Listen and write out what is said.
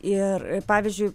ir ir pavyzdžiui